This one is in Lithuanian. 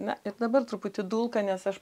na ir dabar truputį dulka nes aš